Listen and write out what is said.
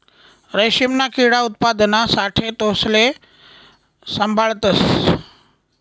रेशीमना किडा उत्पादना साठे तेसले साभाळतस